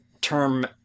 term